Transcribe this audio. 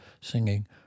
singing